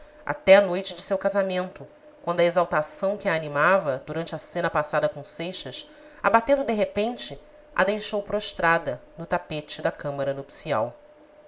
até à noite de seu casamento quando a exaltação que a animava durante a cena passada com seixas abatendo de repente a deixou prostrada no tapete da câmara nupcial não